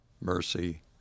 mercy